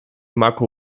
marco